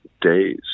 days